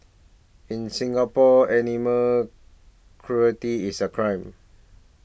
in Singapore animal cruelty is a crime